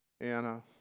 anna